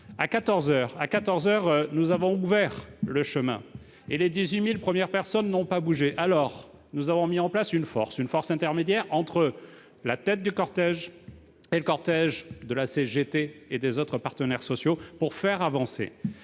heures, nous avons ouvert le chemin, et les 18 000 premières personnes n'ont pas bougé ; alors, nous avons mis en place une force intermédiaire entre la tête du cortège et le cortège de la CGT et des autres partenaires sociaux, pour les faire avancer.